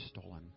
stolen